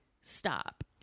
stop